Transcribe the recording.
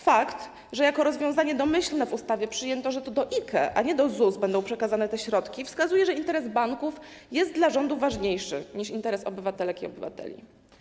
Fakt, że jako rozwiązanie domyślne w ustawie przyjęto, że to do IKE, a nie do ZUS, będą przekazane te środki, wskazuje, że interes banków jest dla rządu ważniejszy niż interes obywatelek i obywateli.